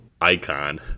icon